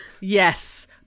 Yes